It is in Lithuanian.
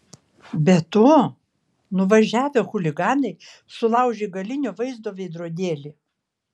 be to nuvažiavę chuliganai sulaužė galinio vaizdo veidrodėlį